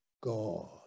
God